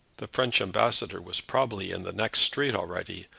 the french ambassador was probably in the next street already,